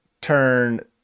turn